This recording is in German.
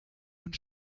und